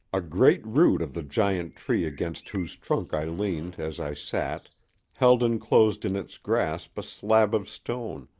a great root of the giant tree against whose trunk i leaned as i sat held inclosed in its grasp a slab of stone,